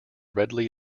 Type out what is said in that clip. readily